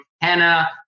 Hannah